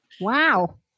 Wow